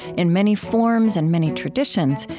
in many forms and many traditions,